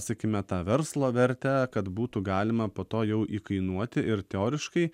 sakykime tą verslo vertę kad būtų galima po to jau įkainuoti ir teoriškai